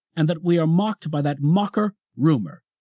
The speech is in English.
and that we are mocked by that mocker, rumor,